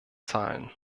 zahlen